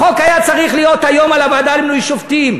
החוק היה צריך להיות היום על הוועדה למינוי שופטים.